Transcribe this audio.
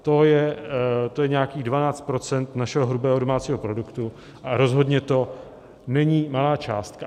To je nějakých 12 % našeho hrubého domácího produktu a rozhodně to není malá částka.